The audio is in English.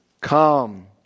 come